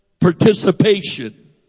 participation